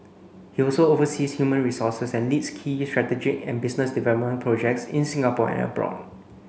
he also oversees human resources and leads key strategic and business development projects in Singapore and abroad